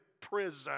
prison